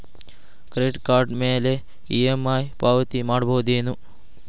Credit card ಮ್ಯಾಲೆ EMI ಪಾವತಿ ಮಾಡ್ಬಹುದೇನು?